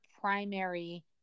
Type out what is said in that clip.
primary